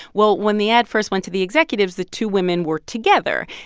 well, when the ad first went to the executives, the two women were together.